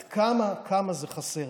עד כמה זה חסר,